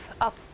up